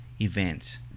events